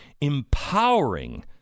empowering